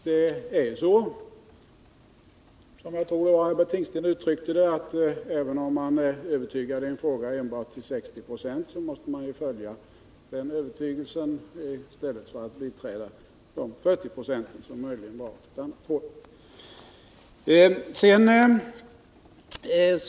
Det är så som jag tror Herbert Tingsten uttryckte det, att även om man är övertygad i en fråga enbart till 60 90 så måste man följa den övertygelsen och inte de 40 26 som möjligen pekar åt ett annat håll.